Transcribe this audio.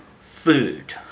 food